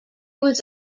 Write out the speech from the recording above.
was